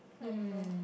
I don't know